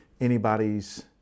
anybody's